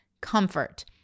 comfort